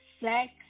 sex